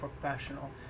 professional